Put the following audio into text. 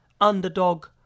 underdog